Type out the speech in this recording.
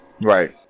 Right